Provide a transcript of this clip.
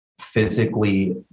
physically